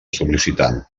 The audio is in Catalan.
sol·licitant